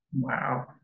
Wow